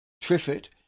Triffitt